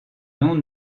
non